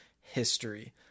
history